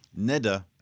Neda